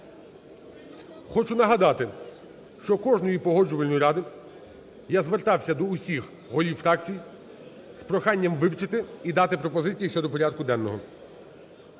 Хочу нагадати, що кожної Погоджувальної ради я звертався до усіх голів фракцій з проханням вивчити і дати пропозиції щодо порядку денного.